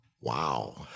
Wow